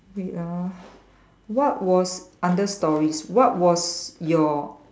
wait ah what was under stories what was your